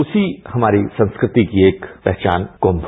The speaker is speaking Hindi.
उसी हमारी संस्कृति की एक पहचान कुंच